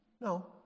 No